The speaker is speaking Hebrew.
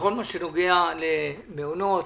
בכל מה שנוגע למעונות,